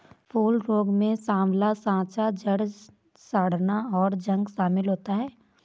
फूल रोग में साँवला साँचा, जड़ सड़ना, और जंग शमिल होता है